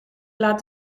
laad